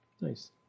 Nice